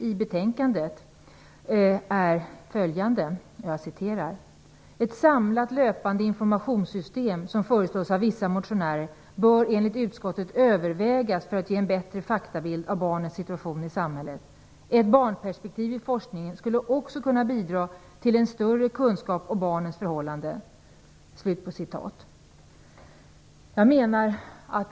I betänkandet säger man: "Ett samlat, löpande informationssystem, som föreslås av vissa motionärer, bör enligt utskottet övervägas för att ge en bättre faktabild av barnens situation i samhället. Ett ́barnperspektiv ́ i forskningen skulle också kunna bidra till en större kunskap om barnens förhållanden."